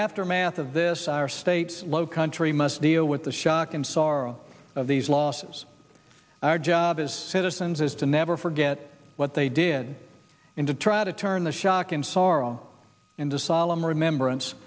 aftermath of this our state low country must deal with the shock and sorrow of these losses our job as citizens is to never forget what they did in to try to turn the shock and sorrow into solemn remembrance